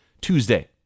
Tuesday